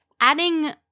adding